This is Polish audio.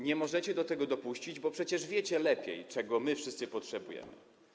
Nie możecie do tego dopuścić, bo przecież wiecie lepiej, czego my wszyscy potrzebujemy.